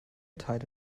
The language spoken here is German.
teile